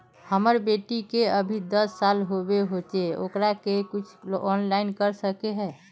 हमर बेटी के अभी दस साल होबे होचे ओकरा ले कुछ ऑनलाइन कर सके है?